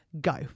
Go